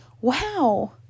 wow